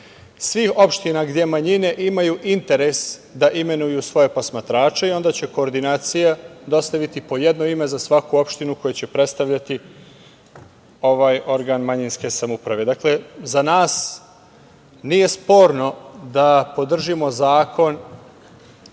svih opština gde manjine imaju interes da imenuju svoje posmatrače, i onda će koordinacija dostaviti po jedno ime za svaku opštinu koju će predstavljati ovaj organ manjinske samouprave. Dakle, za nas nije sporno da podržimo zakon